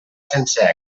sense